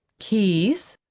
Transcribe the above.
keith?